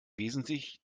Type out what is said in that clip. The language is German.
wesentlich